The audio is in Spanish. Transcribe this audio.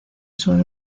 suele